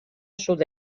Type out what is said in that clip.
sud